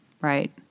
right